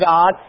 God